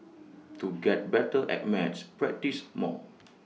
to get better at maths practise more